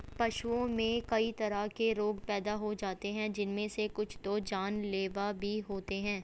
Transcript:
पशुओं में कई तरह के रोग पैदा हो जाते हैं जिनमे से कुछ तो जानलेवा भी होते हैं